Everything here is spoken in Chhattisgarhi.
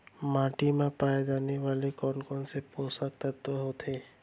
माटी मा पाए वाले कोन कोन से पोसक तत्व होथे?